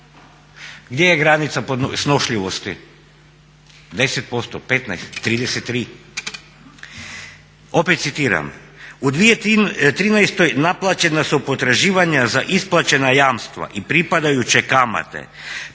Gdje je granica snošljivosti? 10%, 15%, 33%? Opet citiram, u 2013. naplaćena su potraživanja za isplaćena jamstva i pripadajuće kamate